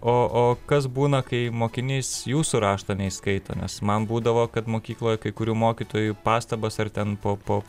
o o kas būna kai mokinys jūsų rašto neįskaito nes man būdavo kad mokykloje kai kurių mokytojų pastabos ar ten po po